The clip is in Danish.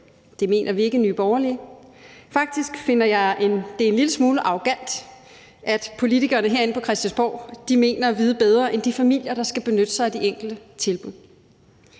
Det mener vi ikke i Nye Borgerlige. Faktisk finder jeg det en lille smule arrogant, at politikerne herinde på Christiansborg mener at vide bedre end de familier, der skal benytte sig af de enkelte tilbud.